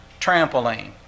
trampoline